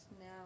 now